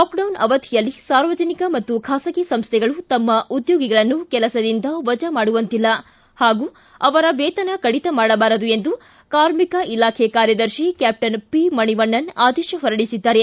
lockdown ಅವಧಿಯಲ್ಲಿ ಸಾರ್ವಜನಿಕ ಮತ್ತು ಖಾಸಗಿ ಸಂಸ್ಥೆಗಳು ತಮ್ಮ ಉದ್ಯೋಗಿಗಳನ್ನು ಕೆಲಸದಿಂದ ವಜಾ ಮಾಡುವಂತಿಲ್ಲ ಹಾಗೂ ಅವರ ವೇತನ ಕಡಿತ ಮಾಡಬಾರದು ಎಂದು ಕಾರ್ಮಿಕ ಇಲಾಖೆ ಕಾರ್ಯದರ್ಶಿ ಕ್ಯಾಪ್ಸನ್ ಪಿ ಮಣಿವಣ್ಣನ್ ಆದೇಶ ಹೊರಡಿಸಿದ್ದಾರೆ